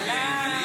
זאת הכללה.